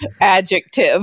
adjective